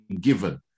given